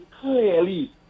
clearly